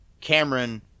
cameron